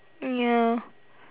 ya